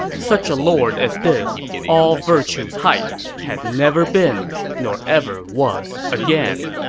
such a lord as this all virtues' height had never been, nor ever was again